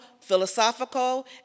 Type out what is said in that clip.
philosophical